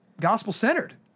gospel-centered